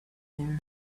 there